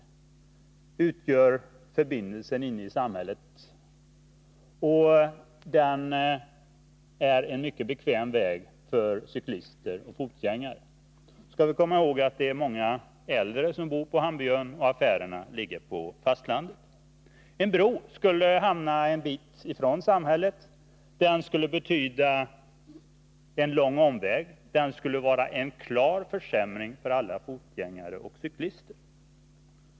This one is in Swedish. Den utgör förbindelsen inne i samhället, och den är en mycket bekväm väg för cyklister och fotgängare. Nu skall vi komma ihåg att det är många äldre som bor på Hamburgön och att affärerna ligger på fastlandet. En bro skulle hamna en bit ifrån samhället. Den skulle betyda en lång omväg. Den skulle innebära en klar försämring för alla fotgängare och cyklister.